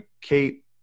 Kate